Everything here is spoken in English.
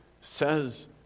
says